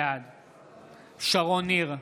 בעד שרון ניר,